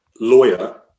lawyer